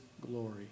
glory